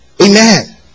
Amen